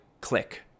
click